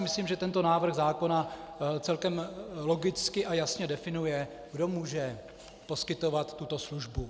Myslím si, že tento návrh zákona celkem logicky a jasně definuje, kdo může poskytovat tuto službu.